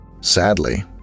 Sadly